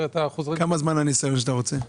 כמה זמן הניסיון שאתה רוצה?